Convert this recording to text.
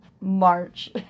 march